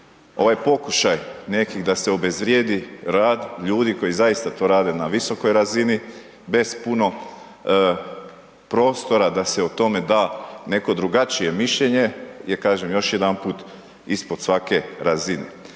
Ovaj pokušaj nekih da se obezvrijedi rad ljudi koji zaista to rade na visokoj razini bez puno prostora da se o tome da neko drugačije mišljenje je, kažem, još jedanput ispod svake razine.